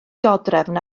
dodrefn